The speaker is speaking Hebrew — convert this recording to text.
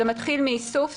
זה מתחיל מאיסוף,